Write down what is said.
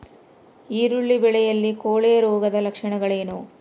ಈರುಳ್ಳಿ ಬೆಳೆಯಲ್ಲಿ ಕೊಳೆರೋಗದ ಲಕ್ಷಣಗಳೇನು?